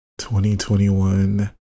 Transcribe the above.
2021